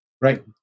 right